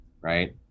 right